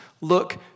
look